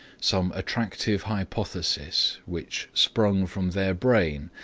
some attractive hypothesis, which sprung from their brain,